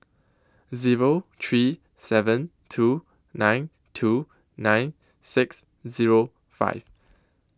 Zero three seven two nine two nine six Zero five